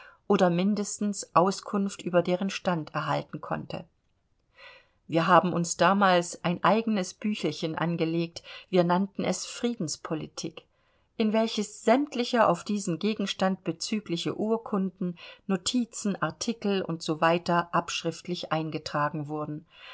oder mindestens auskunft über deren stand erhalten konnte wir haben uns damals ein eigenes büchelchen angelegt wir nannten es friedenspolitik in welches sämtliche auf diesen gegenstand bezügliche urkunden notizen artikel u s w abschriftlich eingetragen wurden